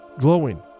glowing